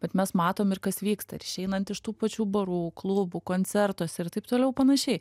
bet mes matom ir kas vyksta ir išeinant iš tų pačių barų klubų koncertuose ir taip toliau panašiai